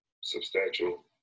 substantial